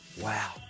wow